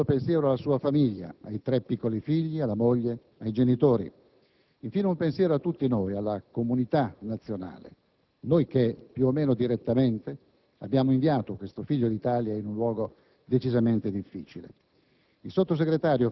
Il secondo pensiero va alla sua famiglia, ai tre piccoli figli, alla moglie, ai genitori. Infine, un pensiero a tutti noi, alla comunità nazionale, a noi che più o meno direttamente abbiamo inviato questo figlio d'Italia in un luogo decisamente difficile.